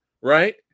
right